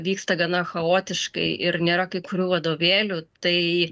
vyksta gana chaotiškai ir nėra kai kurių vadovėlių tai